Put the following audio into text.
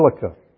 silica